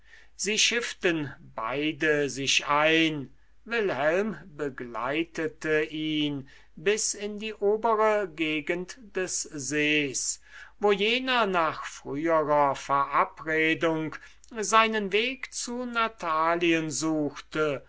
sie schifften beide sich ein wilhelm begleitete ihn bis in die obere gegend des sees wo jener nach früherer verabredung seinen weg zu natalien suchte